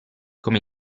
come